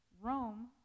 Rome